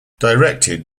directed